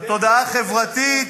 שהתודעה החברתית,